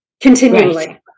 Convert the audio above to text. continually